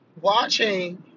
watching